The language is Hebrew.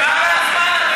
תם לה הזמן,